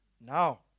now